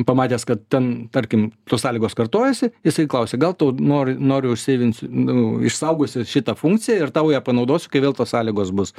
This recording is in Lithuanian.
pamatęs kad ten tarkim tos sąlygos kartojasi jisai klausia gal tau nori noriu užseivinsiu nu išsaugosiu šitą funkciją ir tau ją panaudosiu kai vėl tos sąlygos bus